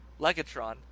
Legatron